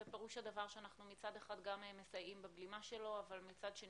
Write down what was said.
ופירוש הדבר שאנחנו מצד אחד גם מסייעים בבלימה שלו אבל מצד שני,